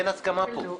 אין הסכמה פה.